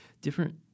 different